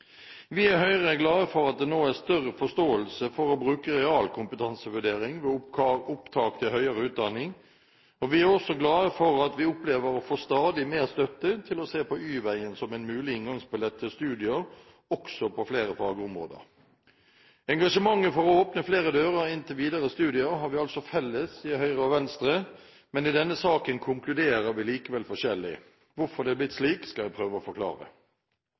Vi i Høyre er glad for at det nå er større forståelse for å bruke realkompetansevurdering ved opptak til høyere utdanning. Vi er også glad for at vi opplever å få stadig mer støtte når det gjelder å se på Y-veien som en mulig inngangsbillett til studier på flere fagområder. Engasjementet for å åpne flere dører inn til videre studier har vi felles i Høyre og Venstre, men i denne saken konkluderer vi likevel forskjellig. Hvorfor det er blitt slik, skal jeg prøve å forklare.